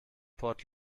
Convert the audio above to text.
port